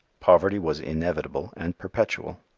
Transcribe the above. poverty was inevitable and perpetual.